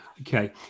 Okay